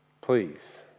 Please